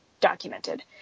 documented